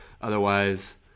Otherwise